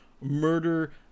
murder